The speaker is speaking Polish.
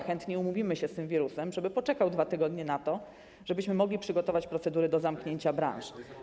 Chętnie umówimy się z tym wirusem, żeby poczekał 2 tygodnie na to, żebyśmy mogli przygotować procedury zamknięcia branż.